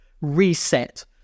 reset